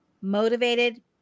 motivated